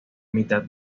mitad